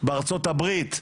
בארצות הברית,